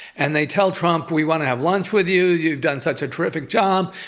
and they tell trump, we want to have lunch with you. you've done such a terrific job.